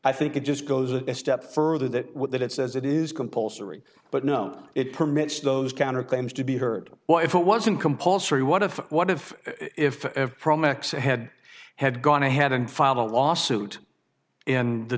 i think it just goes a step further that that it says it is compulsory but no it permits those counterclaims to be heard why if it wasn't compulsory what if what if if i had had gone ahead and filed a lawsuit and the